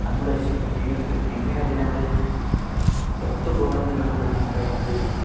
നമ്മുടെ ജീവിതത്തിൽ എങ്ങനെ അതിനെ നമ്മൾ ഒത്തു പോകണമെന്ന് നമുക്ക് മനസ്സിലാക്കുന്നത്